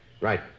Right